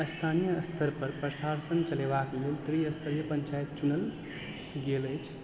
स्थानीय स्तर पर प्रशासन चलेबाक लेल त्रिस्तरीय पंचायत चुनल गेल अछि